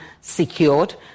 secured